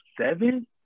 seven